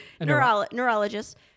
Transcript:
neurologist